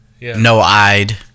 no-eyed